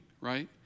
Right